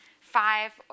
five